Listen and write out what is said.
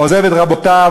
עוזב את רבותיו,